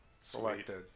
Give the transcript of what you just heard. Selected